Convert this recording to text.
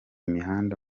mihanda